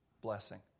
blessing